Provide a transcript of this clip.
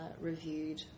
reviewed